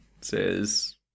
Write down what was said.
says